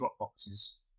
dropboxes